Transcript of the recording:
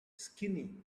skinny